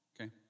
okay